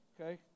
Okay